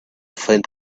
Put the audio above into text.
find